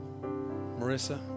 Marissa